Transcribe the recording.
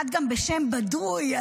אחד גם בשם בדוי,